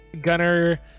gunner